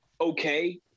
okay